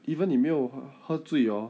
even if 没有喝醉哦